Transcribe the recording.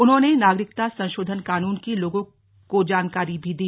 उन्होंने नागरिकता संशोधन कानून की लोगों को जानकारी भी दी